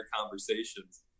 conversations